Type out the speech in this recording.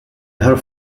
her